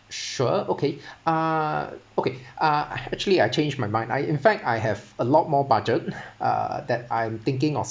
sure okay uh okay uh I actually I changed my mind I in fact I have a lot more budget ah that I'm thinking of